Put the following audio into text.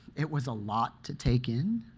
it was a lot to take in,